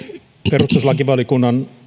perustuslakivaliokunnan